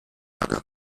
other